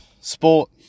sport